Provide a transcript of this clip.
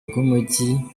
bw’umujyi